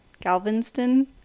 Galveston